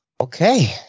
Okay